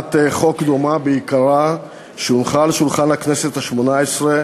להצעת חוק דומה בעיקרה שהונחה על שולחן הכנסת השמונה-עשרה